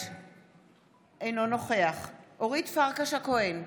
אינו נוכח אורית פרקש הכהן,